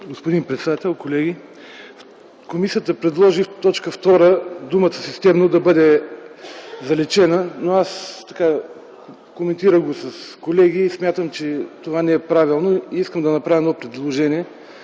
Господин председател, колеги! Комисията предложи в т. 2 думата „системно” да бъде заличена. Коментирах с колеги и смятам, че това не е правилно. Искам да направя едно предложение